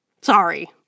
Sorry